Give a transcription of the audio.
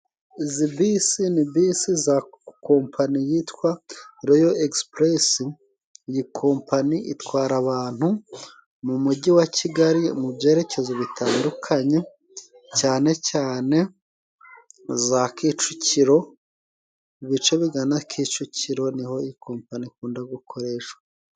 Izi bisi ni bisi za kompani yitwa Royo ekisipurese. Iyi kompani itwara abantu mu mujyi wa Kigali mu byerekezo bitandukanye cyane cyane za Kicukiro. Mu bice bigana Kicukiro ni ho ikompani ikunda gukorehswa.